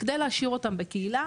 וכדי להשאיר אותם בקהילה,